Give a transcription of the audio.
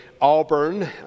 Auburn